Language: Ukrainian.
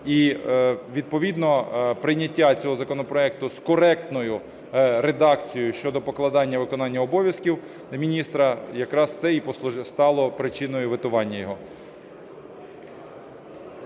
І відповідно прийняття цього законопроекту з коректною редакцією щодо покладання виконання обов'язків міністра якраз це і стало причиною ветування його.